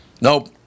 Nope